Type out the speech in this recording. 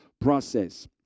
process